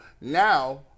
Now